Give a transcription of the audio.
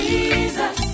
Jesus